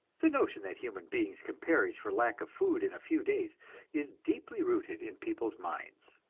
the notion that human beings can perish for lack of food in a few days is deeply rooted in people's minds.